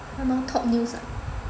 还蛮 top news ah